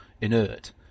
inert